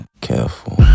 Careful